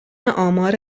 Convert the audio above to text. آمار